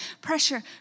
pressure